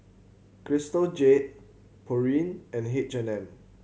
Crystal Jade Pureen and H and M